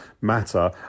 matter